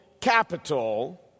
capital